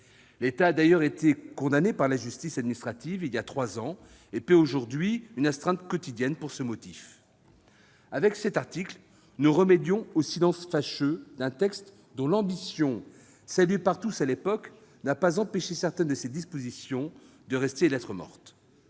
L'État a d'ailleurs été condamné par la justice administrative il y a trois ans et paie toujours une astreinte quotidienne pour ce motif. Avec cet article, nous remédions au silence fâcheux d'un texte, dont l'ambition, saluée par tous à l'époque, n'a pas empêché certaines de ses dispositions de rester lettre morte.